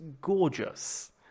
gorgeous